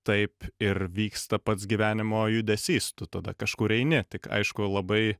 taip ir vyksta pats gyvenimo judesys tu tada kažkur eini tik aišku labai